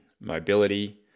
mobility